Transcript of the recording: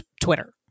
Twitter